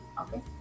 okay